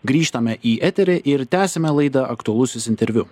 grįžtame į eterį ir tęsiame laidą aktualusis interviu